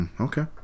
Okay